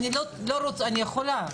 אני יכולה,